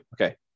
Okay